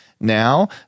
Now